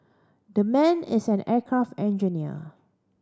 that man is an aircraft engineer